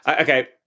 okay